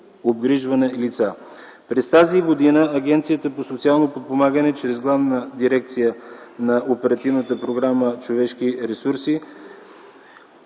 обгрижване лица. През тази година Агенцията за социално подпомагане чрез Главната дирекция на Оперативната програма „Човешки ресурси”